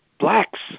Blacks